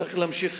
צריך להמשיך.